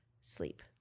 sleep